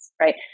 right